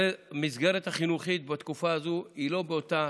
הרי המסגרת החינוכית בתקופה הזאת היא לא אותה